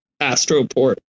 Astroport